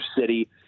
city